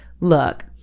look